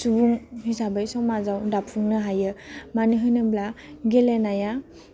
सुबुं हिसाबै समाजाव दाफुंनो हायो मानो होनोब्ला गेलेनाया